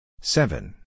Seven